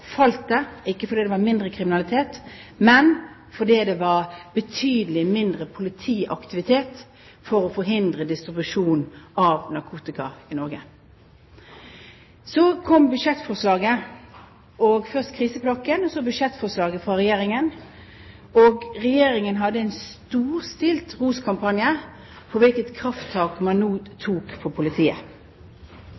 – ikke fordi det var mindre kriminalitet, men fordi det var betydelig mindre politiaktivitet for å forhindre distribusjon av narkotika i Norge. Så kom først krisepakken og så budsjettforslaget fra Regjeringen. Regjeringen hadde en storstilt roskampanje for hvilket krafttak man nå